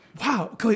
Wow